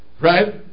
Right